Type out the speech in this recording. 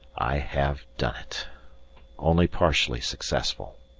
i have done it only partially successful.